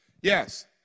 Yes